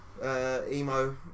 Emo